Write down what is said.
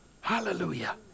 Hallelujah